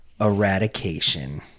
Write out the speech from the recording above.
eradication